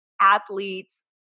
athletes